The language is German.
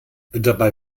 dabei